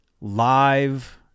live